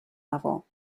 level